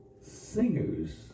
singers